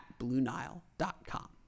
Bluenile.com